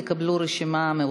שהתקנון אומר שהשר יימצא באולם.